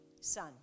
son